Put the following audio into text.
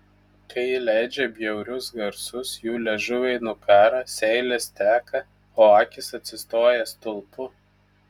kai leidžia bjaurius garsus jų liežuviai nukąrą seilės teka o akys atsistoja stulpu